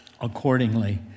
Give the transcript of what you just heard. accordingly